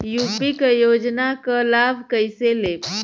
UP क योजना क लाभ कइसे लेब?